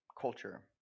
culture